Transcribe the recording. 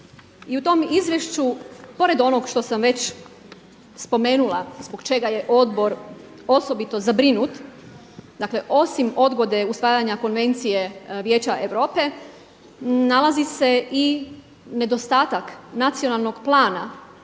I u tom izvješću pored onog što sam već spomenula zbog čega je odbor osobito zabrinut, osim odgode usvajanja konvencije Vijeća Europe, nalazi se i nedostatak nacionalnog prava